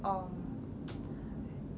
um